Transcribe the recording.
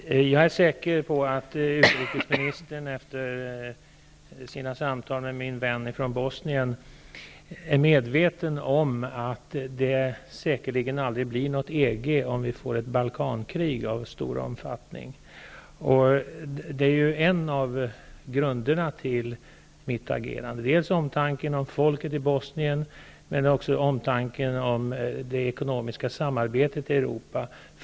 Fru talman! Jag är säker på att utrikesministern, efter sina samtal med min vän från Bosnien, är medveten om att det säkerligen aldrig blir något EG om vi får ett Balkankrig av stor omfattning. Det är en av grunderna till mitt agerande. Det handlar dels om omtanke om folket i Bosnien, dels om omtanke om det ekonomiska samarbetet i Europa.